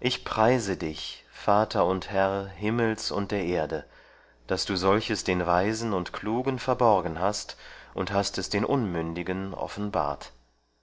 ich preise dich vater und herr himmels und der erde daß du solches den weisen und klugen verborgen hast und hast es den unmündigen offenbart